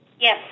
Yes